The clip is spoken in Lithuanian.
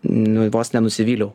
nu vos nenusivyliau